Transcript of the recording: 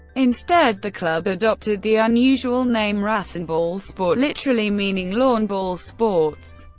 instead, the club adopted the unusual name rasenballsport, literally meaning lawn ball sports.